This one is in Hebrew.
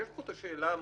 יש פה את השאלה המוסדית.